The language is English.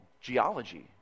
geology